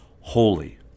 holy